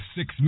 Six